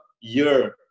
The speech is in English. year